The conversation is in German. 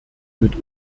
mit